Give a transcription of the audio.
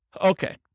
Okay